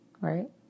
Right